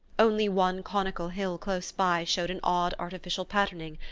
only one conical hill close by showed an odd artificial patterning,